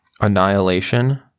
Annihilation